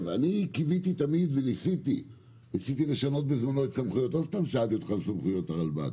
אני קיוויתי וניסיתי לשנות בזמנו את סמכויות הרבל"ד.